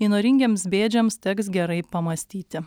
įnoringiems bėdžiams teks gerai pamąstyti